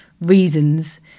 reasons